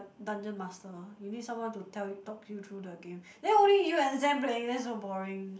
dungeon master you need someone to tell you to talk you through the game then only you and Zen playing that's so boring